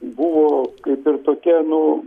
buvo kaip ir tokia nu